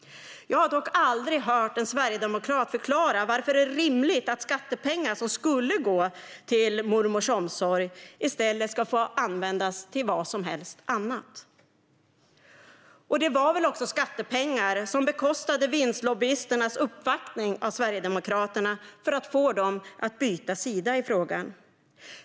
Jag har dock aldrig hört en sverigedemokrat förklara varför det är rimligt att skattepengar som skulle gå till mormors omsorg i stället ska få användas till annat, vad som helst. Och det var väl också skattepengar som bekostade vinstlobbyisternas uppvaktning av Sverigedemokraterna för att få dem att byta sida i frågan.